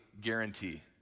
guarantee